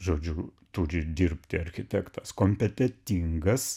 žodžiu turi dirbti architektas kompetetingas